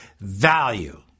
value